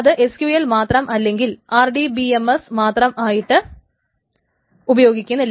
അത് SQL മാത്രം അല്ലെങ്കിൽ RDBMS മാത്രമായിട്ട് ഉപയോഗിക്കുന്നില്ല